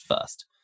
first